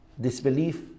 disbelief